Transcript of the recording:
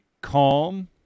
calm